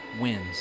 wins